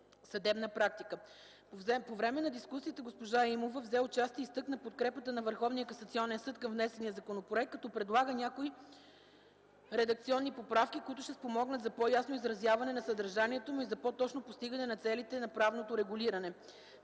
съдебна практика. По време на дискусията госпожа Имова взе участие и изтъкна подкрепата на Върховният касационен съд към внесения законопроект, като предлага някои редакционни поправки, които ще спомогнат за по-ясно изразяване на съдържанието му и за по-точно постигане на целите на правното регулиране.